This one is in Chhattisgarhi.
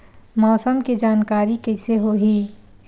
मौसम के जानकारी कइसे होही?